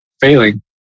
Failing